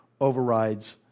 overrides